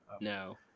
No